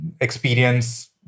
experience